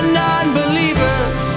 non-believers